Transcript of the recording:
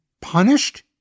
punished